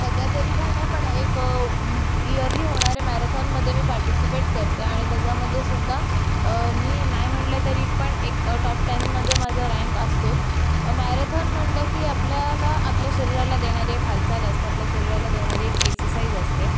सध्यातरी काय नाही पण एक इयरली होणारे मॅरेथॉनमध्ये मी पार्टिसिपेट करते आणि तेच्यामध्येसुद्धा मी नाही म्हणलं तरी पण एक टॉप टेनमध्ये माझं रँक असतोच मॅरेथॉन म्हणलं की आपल्याला आपल्या शरीराला देणारी एक हालचाल असते आपल्या शरीराला देणारी एक एक्सरसाईज असते